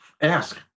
Ask